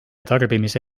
tarbimise